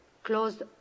Closed